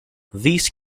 these